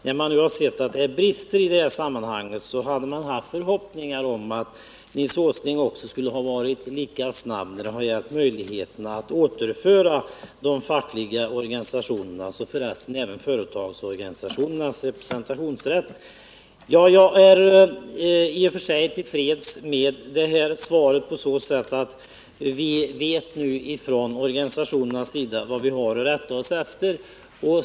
När man nu har sett att det finns brister i det sammanhanget, hoppades man naturligtvis att Nils Åsling skulle ha varit lika snabb att återinföra de fackliga organisationernas — och f. ö. företagarorganisationernas — representationsrätt. I och för sig är jag till freds med svaret, nämligen på så sätt att organisationerna nu vet vad de har att rätta sig efter.